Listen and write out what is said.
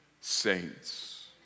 saints